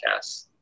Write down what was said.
podcasts